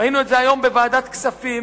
ראינו את זה היום בוועדת הכספים,